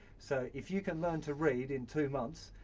so, if you can learn to read in two months,